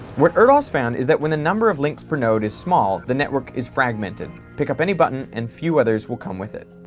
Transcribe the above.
what erdos found is that when the number of links per node is small, the network is fragmented. pick up any button and few others will come with it.